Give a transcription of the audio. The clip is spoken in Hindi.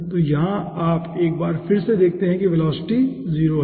तो यहाँ आप एक बार फिर से देखते हैं कि वेलोसिटी 0 है